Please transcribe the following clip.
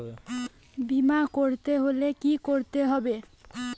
বিমা করতে হলে কি করতে হবে?